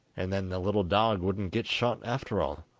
and then the little dog wouldn't get shot after all